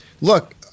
look